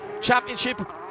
championship